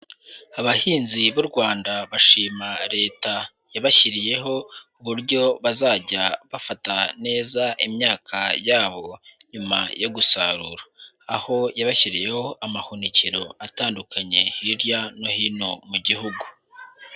Abahinzi b'u Rwanda bashima Leta yabashyiriyeho uburyo bazajya bafata neza imyaka yabo nyuma yo gusarura, aho yabashyiriyeho amahunikiro atandukanye hirya no hino mu gihugu.